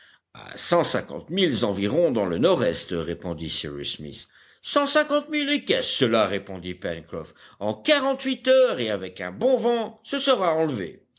à cent cinquante milles environ dans le nord-est répondit cyrus smith cent cinquante milles et qu'est cela répondit pencroff en quarante-huit heures et avec un bon vent ce sera enlevé